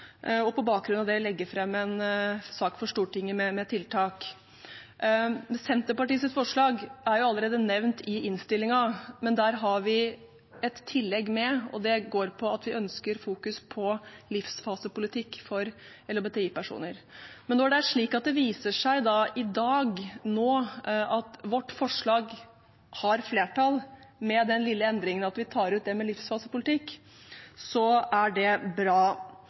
og på bakgrunn av det legge fram en sak med tiltak for Stortinget. Senterpartiets forslag er allerede nevnt i innstillingen, men der har vi med et tillegg som går på at vi ønsker fokus på livsfasepolitikk for LHBTI-personer. Men når det nå viser seg at vårt forslag har flertall – med den lille endringen at vi tar ut det med livsfasepolitikk – så er det bra,